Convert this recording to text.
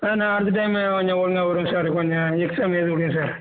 ஆ நான் அடுத்த டைமு கொஞ்சம் ஒழுங்காக வருவேன் சார் கொஞ்சம் எக்ஸாம் எழுத விடுங்கள் சார்